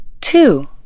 two